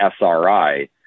SRI